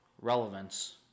relevance